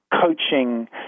coaching